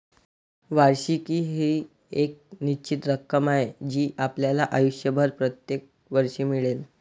वार्षिकी ही एक निश्चित रक्कम आहे जी आपल्याला आयुष्यभर प्रत्येक वर्षी मिळेल